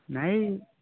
ନାଇଁ